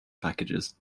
packages